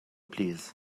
plîs